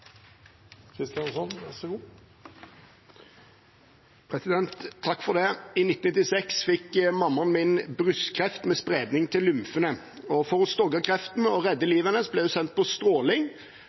I 1996 fikk mammaen min brystkreft med spredning til lymfene. For å stogge kreften og redde livet hennes ble hun sendt på stråling.